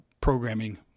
programming